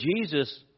Jesus